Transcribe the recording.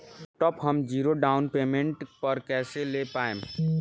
Laptop हम zero down payment पर कैसे ले पाएम?